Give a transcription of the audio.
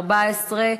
2013,